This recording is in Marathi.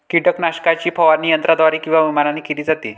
कीटकनाशकाची फवारणी यंत्राद्वारे किंवा विमानाने केली जाते